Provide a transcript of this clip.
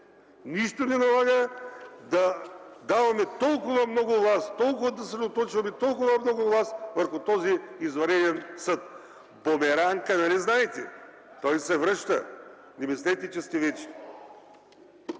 Нищо не налага да даваме толкова много власт, да съсредоточаваме толкова много власт върху този извънреден съд. Бумерангът нали знаете, той се връща, не мислете, че сте вечни!